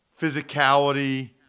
physicality